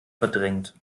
verdrängt